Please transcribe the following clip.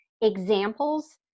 examples